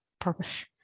purpose